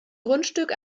grundstück